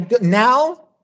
now